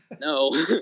no